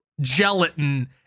gelatin